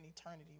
eternity